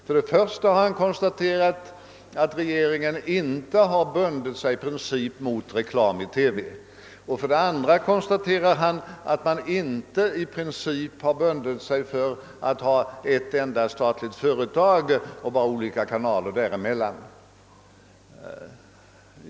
För det första konstaterar han att regeringen inte i princip har bundit sig mot reklam i TV, och för det andra konstaterar han att regeringen inte i princip har bundit sig för att ha ett enda statligt företag med olika kanaler inom detta.